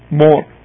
more